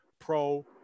pro